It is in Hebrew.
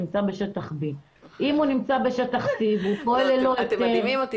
נמצא בשטח B. אתם מדהימים אותו.